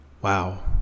Wow